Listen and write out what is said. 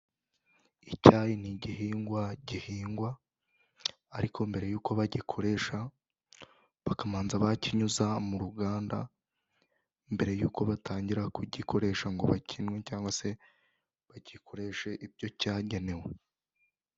Icyayi ni igihingwa gihingwa, ariko mbere y'uko bagikoresha, bakamanza bakinyuza mu ruganda, mbere y'uko batangira kugikoresha ngo bakinywe, cyangwa se bagikoreshe ibyo cyagenewe.